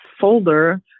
folder